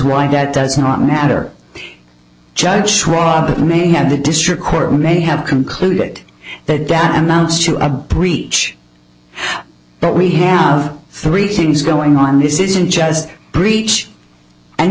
why that does not matter judge schwab it may have the district court may have concluded that dam mounts to a breach but we have three things going on this isn't just a breach and